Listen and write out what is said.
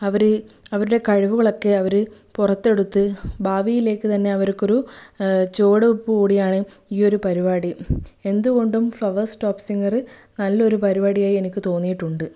അവർ അവരുടെ കഴിവുകളൊക്കെ അവർ പുറത്തെടുത്ത് ഭാവിയിലേക്ക് തന്നെ അവർക്കൊരു ചുവടു വെയ്പ്പ് കൂടിയാണ് ഈയൊരു പരിപാടി എന്തുകൊണ്ടും ഫ്ലവേർസ് ടോപ് സിംഗർ നല്ലൊരു പരിപാടിയായി എനിക്ക് തോന്നിയിട്ടുണ്ട്